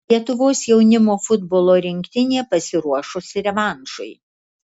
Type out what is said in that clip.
lietuvos jaunimo futbolo rinktinė pasiruošusi revanšui